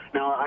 Now